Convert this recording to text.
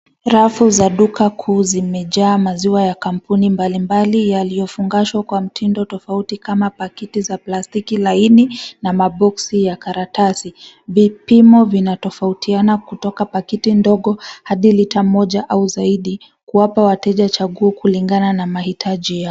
Rafu za duka kuu zimejaa maziwa ya kampuni mbalimbali yaliyofungashwa kwa mtindo tofauti kama pakiti za plastiki laini na maboxi ya karatasi. Vipimo vinatofautiana kutoka pakiti ndogo hadi lita moja au zaidi kuwapa wateja chaguo kulingana na mahitaji yao.